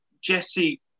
Jesse